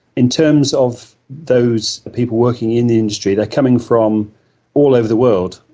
in terms of those people working in the industry, they're coming from all over the world,